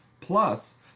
Plus